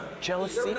jealousy